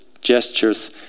gestures